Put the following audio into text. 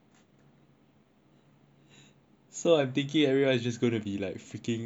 so I'm thinking everyone just gonna be like freaking upset